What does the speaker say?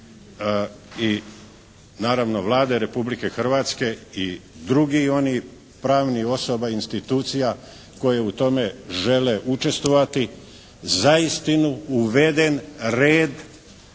i naravno Vlade Republike Hrvatske i drugih onih pravnih osoba, institucija koji u tome žele učestvovati za istinu uveden red